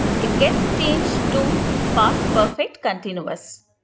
it gets changed to past perfect continuous.